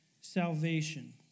salvation